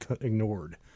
ignored